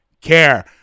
care